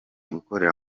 gukorera